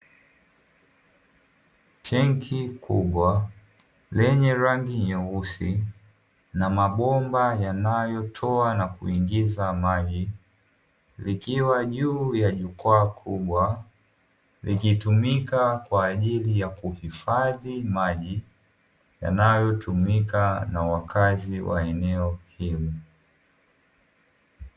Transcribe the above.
Tenki kubwa lenye rangi nyeusi na mabomba yanayotoa na kuingiza maji likiwa juu ya jukwaa kubwa, likitumika kwa ajili ya kuhifadhi maji yanayotumika na wakazi wa eneo hilo.